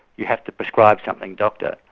you have to prescribe something doctor.